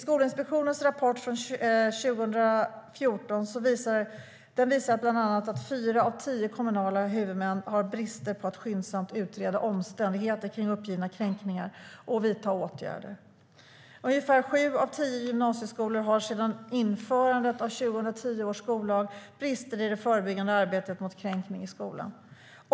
Skolinspektionens rapport från 2014 visar bland annat att fyra av tio kommunala huvudmän har brister vad gäller att skyndsamt utreda omständigheter kring uppgivna kränkningar och att vidta åtgärder. Ungefär sju av tio gymnasieskolor har, sedan införandet av 2010 års skollag, brister i det förebyggande arbetet mot kränkningar i skolan.